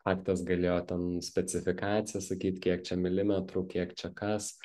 faktas galėjo ten specifikacijas sakyt kiek čia milimetrų kiek čia kas